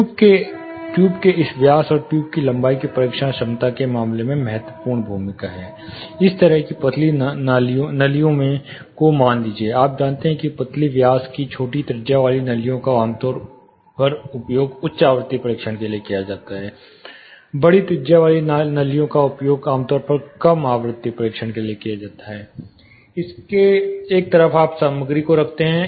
tube के इस व्यास और ट्यूब की लंबाई की परीक्षण क्षमता के मामले में महत्वपूर्ण भूमिका है इस तरह की पतली नलियों को मान लीजिए आप जानते हैं कि पतली व्यास की छोटी त्रिज्या वाली नलियों का उपयोग उच्च आवृत्ति परीक्षण के लिए किया जाता है बड़ी त्रिज्या वाली नलियों का उपयोग आमतौर पर कम आवृत्ति परीक्षण के लिए किया जाता है इसके एक तरफ आप सामग्री को रखते हैं